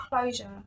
closure